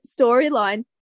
storyline